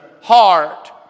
heart